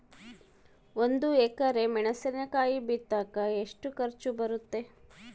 ಒಂದು ಎಕರೆ ಮೆಣಸಿನಕಾಯಿ ಬಿತ್ತಾಕ ಎಷ್ಟು ಖರ್ಚು ಬರುತ್ತೆ?